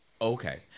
Okay